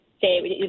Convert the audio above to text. say